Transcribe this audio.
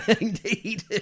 indeed